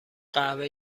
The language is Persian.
قهوه